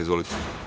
Izvolite.